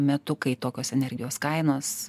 metu kai tokios energijos kainos